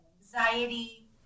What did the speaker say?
anxiety